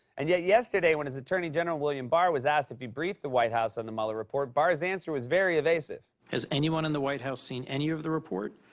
and yet yesterday, when his attorney general william barr was asked if he briefed the white house on the mueller report, barr's answer was very evasive. has anyone in the white house seen any of the report?